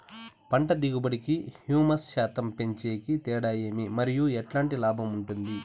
పంట దిగుబడి కి, హ్యూమస్ శాతం పెంచేకి తేడా ఏమి? మరియు ఎట్లాంటి లాభం ఉంటుంది?